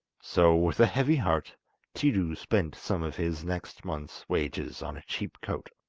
so with a heavy heart tiidu spent some of his next month's wages on a cheap coat.